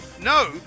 no